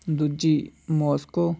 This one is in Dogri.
दूजी मोस्को